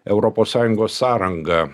europos sąjungos sąranga